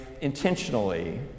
intentionally